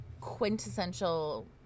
quintessential